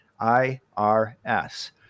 I-R-S